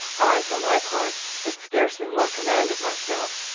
i, for my part, had scarcely more command of myself.